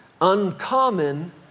uncommon